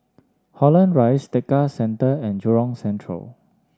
Holland Rise Tekka Centre and Jurong Central